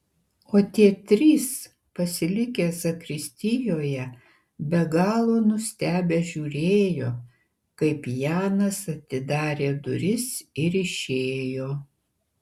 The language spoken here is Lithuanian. o tie trys pasilikę zakristijoje be galo nustebę žiūrėjo kaip janas atidarė duris ir išėjo